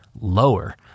lower